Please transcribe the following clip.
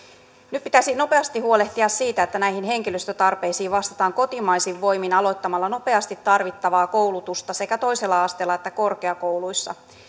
nyt pitäisi nopeasti huolehtia siitä että näihin henkilöstötarpeisiin vastataan kotimaisin voimin aloittamalla nopeasti tarvittavaa koulutusta sekä toisella asteella että korkeakouluissa